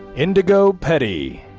indigo petty.